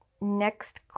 next